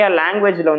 language